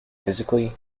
physically